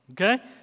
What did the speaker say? okay